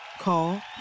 Call